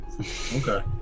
Okay